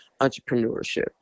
entrepreneurship